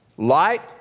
Light